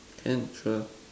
can sure